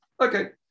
Okay